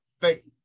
faith